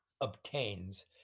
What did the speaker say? obtains